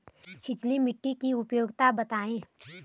छिछली मिट्टी की उपयोगिता बतायें?